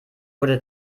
wurde